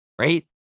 right